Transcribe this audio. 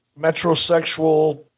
metrosexual